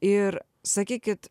ir sakykit